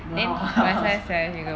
no